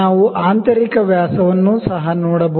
ನಾವು ಆಂತರಿಕ ವ್ಯಾಸವನ್ನು ಸಹ ನೋಡಬಹುದು